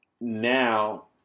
now